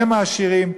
הם העשירים,